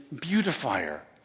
beautifier